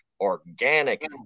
organic